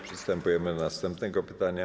Przystępujemy do następnego pytania.